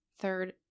third